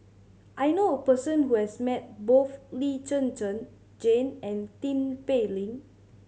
I knew a person who has met both Lee Zhen Zhen Jane and Tin Pei Ling